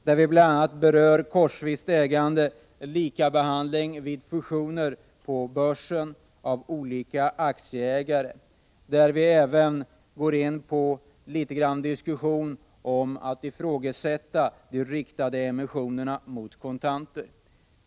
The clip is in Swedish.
Vi berör bl.a. korsvist ägande, likabehandling vid fusioner på börsen av olika aktieägare, liksom vi även litet grand för en diskussion om att ifrågasätta de riktade emissionerna mot kontanter.